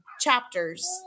chapters